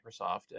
Microsoft